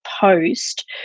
post